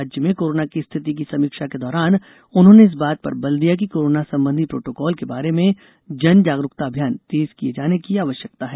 राज्य में कोरोना की स्थिति की समीक्षा के दौरान उन्होंने इस बात पर बल दिया कि कोरोना संबंधी प्रोटोकॉल के बारे में जन जागरूकता अभियान तेज किए जाने की आवश्यकता है